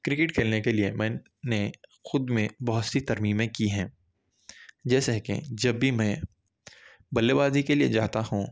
cricket کھیلنے کے لئے میں نے خود میں بہت سی ترمیمیں کی ہیں جیسے کہ جب بھی میں بلے بازی کے لئے جاتا ہوں